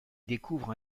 découvre